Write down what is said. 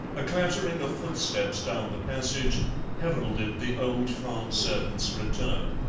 a clattering of footsteps down the passage heralded the old farm servant's return.